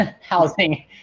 housing